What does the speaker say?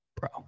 Bro